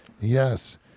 Yes